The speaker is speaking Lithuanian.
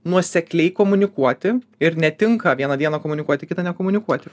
nuosekliai komunikuoti ir netinka vieną dieną komunikuoti kitą nekomunikuoti